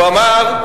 הוא אמר,